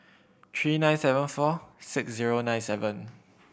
three nine seven four six zero nine seven